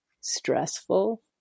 stressful